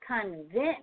convince